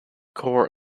core